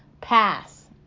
Pass